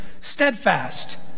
steadfast